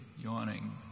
yawning